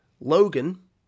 Logan